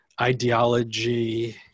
ideology